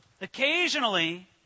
occasionally